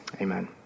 amen